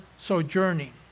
Sojourning